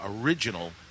original